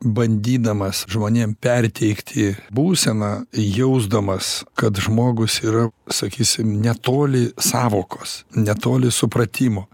bandydamas žmonėm perteikti būseną jausdamas kad žmogus yra sakysim netoli sąvokos netoli supratimo